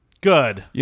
Good